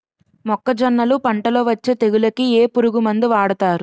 మొక్కజొన్నలు పంట లొ వచ్చే తెగులకి ఏ పురుగు మందు వాడతారు?